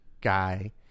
guy